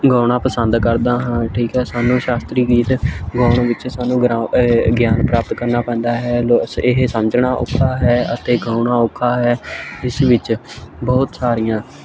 ਗਾਉਣਾ ਪਸੰਦ ਕਰਦਾ ਹਾਂ ਠੀਕ ਹੈ ਸਾਨੂੰ ਸ਼ਾਸਤਰੀ ਗੀਤ ਗਾਉਣ ਵਿੱਚ ਸਾਨੂੰ ਗਿਆਨ ਪ੍ਰਾਪਤ ਕਰਨਾ ਪੈਂਦਾ ਹੈ ਲੋ ਸ ਇਹ ਸਮਝਣਾ ਔਖਾ ਹੈ ਅਤੇ ਗਾਉਣਾ ਔਖਾ ਹੈ ਇਸ ਵਿੱਚ ਬਹੁਤ ਸਾਰੀਆਂ